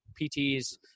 PTs